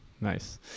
Nice